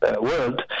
world